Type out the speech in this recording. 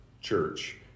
church